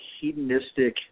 hedonistic